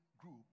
group